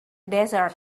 desert